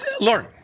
Lauren